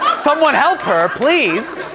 someone help her, please.